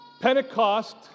Pentecost